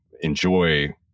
enjoy